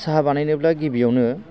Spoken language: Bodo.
साहा बानायनोब्ला गिबियावनो